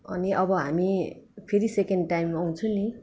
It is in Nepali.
अनि अब हामी फेरि सेकेन्ड टाइम आउँछु नि